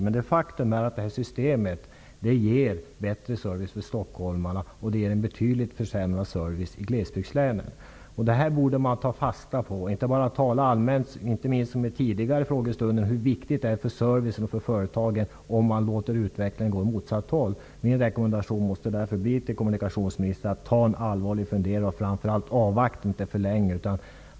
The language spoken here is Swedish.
Men faktum är att det här systemet ger bättre service för stockholmarna och en betydligt försämrad service i glesbygdslänen. Det borde man ta fasta på och inte bara tala allmänt om, som i tidigare frågestunder, hur viktigt det är för servicen och för företagen att man låter utvecklingen gå åt motsatt håll. Min rekommendation till kommunikationsministern måste därför bli att ta en allvarlig funderare och att framför allt inte avvakta för länge.